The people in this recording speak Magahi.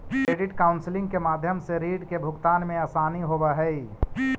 क्रेडिट काउंसलिंग के माध्यम से रीड के भुगतान में असानी होवऽ हई